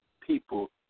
people